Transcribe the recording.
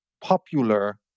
popular